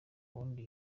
wundi